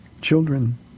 children